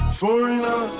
foreigner